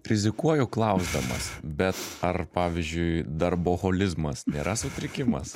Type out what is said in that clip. rizikuoju klausdamas bet ar pavyzdžiui darboholizmas nėra sutrikimas